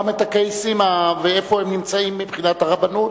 גם הקייסים ואיפה הם נמצאים מבחינת הרבנות